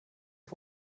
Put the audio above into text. auf